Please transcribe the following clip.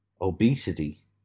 obesity